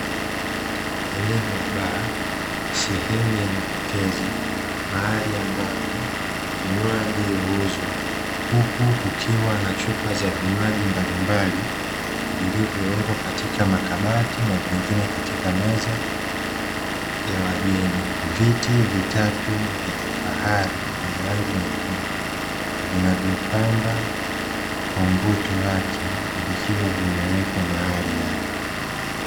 Eneo la baa sehemu ya mapokezi mahali ambapo vinywaji huuzwa huku kukiwa na chupa za vinywaji mbalimbali, vilivyowekwa katika makabati na vingine katika meza ya wageni viti vitatu vya kifahari vyenye rangi nyekundu; vinavyopamba kwa mvuto wake vikiwa vimewekwa mahali hapa.